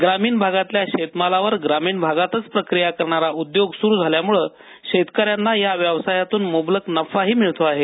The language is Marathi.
ग्रामीण भागातल्या शेतमालावर ग्रामीण भागातच प्रक्रिया करणारा उद्योग सुरू झाल्यामुळे शेतकऱ्यांना या व्यवसायातून मुबलक नफाही मिळतो आहे